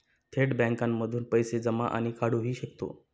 थेट बँकांमधूनही पैसे जमा आणि काढुहि शकतो